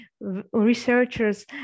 researchers